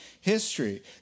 history